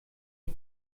die